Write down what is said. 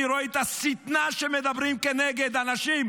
ואני רואה את השטנה שבה מדברים כנגד אנשים.